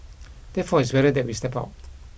therefore it's better that we step out